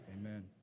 Amen